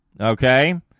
okay